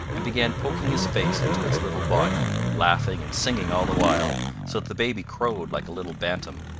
and began poking his face into its little body, laughing and singing all the while, so that the baby crowed like a little bantam.